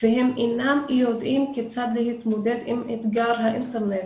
והם אינם יודעים כיצד להתמודד עם אתגר האינטרנט,